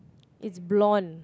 it's blonde